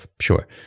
sure